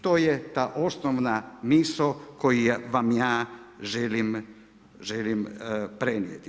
To je ta osnovna misao koju vam ja želim prenijeti.